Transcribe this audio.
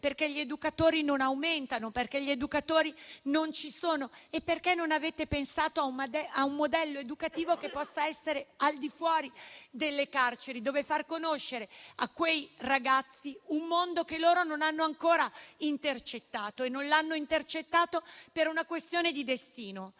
far conoscere il bello, perché gli educatori non ci sono e non aumentano. Non avete pensato a un modello educativo che possa essere valido al di fuori delle carceri, per far conoscere a quei ragazzi un mondo che loro non hanno ancora intercettato e non l'hanno intercettato per una questione di destino.